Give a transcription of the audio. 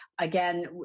Again